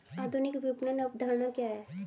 आधुनिक विपणन अवधारणा क्या है?